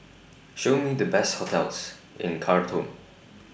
Show Me The Best hotels in Khartoum